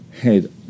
head